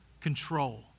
control